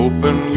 Open